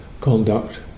conduct